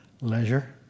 leisure